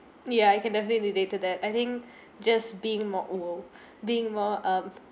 ya I can definitely relate to that I think just being being more um